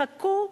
חכו,